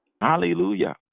Hallelujah